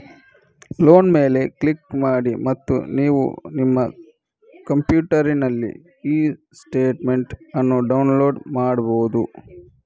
loan ಮೇಲೆ click ಮಾಡಿ ಮತ್ತು ನೀವು ನಿಮ್ಮ ಕಂಪ್ಯೂಟರಿನಲ್ಲಿ ಇ ಸ್ಟೇಟ್ಮೆಂಟ್ ಅನ್ನು ಡೌನ್ಲೋಡ್ ಮಾಡ್ಬಹುದು